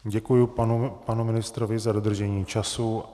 Děkuji panu ministrovi za dodržení času.